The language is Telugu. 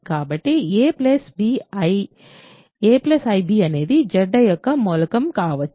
కాబట్టి a ib అనేది Zi యొక్క మూలకం కావచ్చు